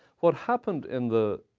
what happened in the